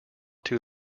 too